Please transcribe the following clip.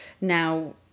now